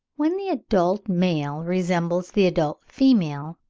when the adult male resembles the adult female,